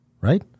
right